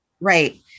Right